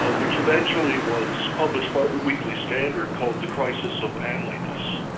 ah which eventually was published by the weekly standard called the crisis of manliness.